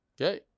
Okay